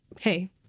hey